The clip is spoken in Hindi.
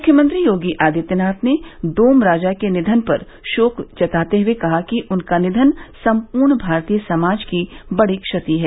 मुख्यमंत्री योगी आदित्यनाथ ने डोम राजा के निधन पर शोक जताते हुये कहा है कि उनका निधन सम्पूर्ण भारतीय समाज की बड़ी क्षति है